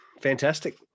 fantastic